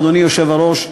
אדוני היושב-ראש,